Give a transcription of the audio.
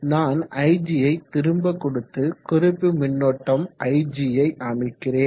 நான் igயை திரும்ப கொடுத்து குறிப்பு மின்னோட்டம் ig யை அமைக்கிறேன்